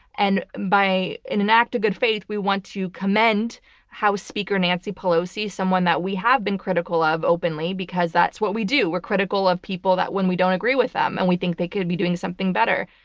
and in an an act of good faith, we want to commend house speaker nancy pelosi, someone that we have been critical of openly, because that's what we do. we're critical of people that when we don't agree with them and we think they could be doing something better.